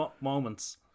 moments